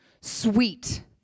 Sweet